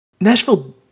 Nashville